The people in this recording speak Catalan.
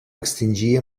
extingir